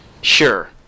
sure